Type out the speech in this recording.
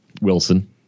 Wilson